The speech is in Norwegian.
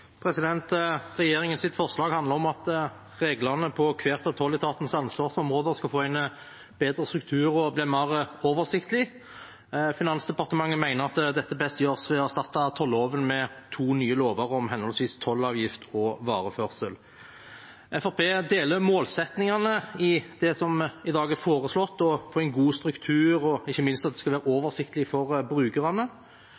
bli mer oversiktlige. Finansdepartementet mener dette best gjøres ved å erstatte tolloven med to nye lover om henholdsvis tollavgift og vareførsel. Fremskrittspartiet deler målsettingene i det som i dag er foreslått: å få en god struktur og ikke minst at det skal være